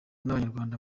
n’abanyarwanda